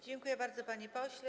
Dziękuję bardzo, panie pośle.